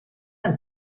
and